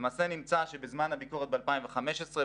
למעשה נמצא שבזמן הביקורת ב-2015,